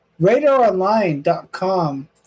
RadarOnline.com